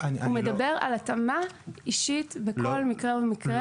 הוא מדבר על התאמה אישית בכל מקרה ומקרה.